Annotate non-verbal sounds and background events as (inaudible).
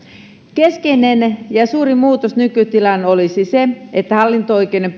keskeinen ja suurin muutos nykytilaan olisi se että hallinto oikeuden (unintelligible)